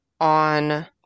on